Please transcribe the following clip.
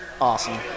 awesome